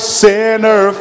sinner